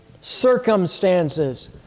circumstances